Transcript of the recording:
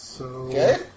Okay